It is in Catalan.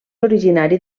originari